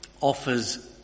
offers